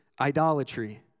idolatry